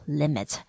limit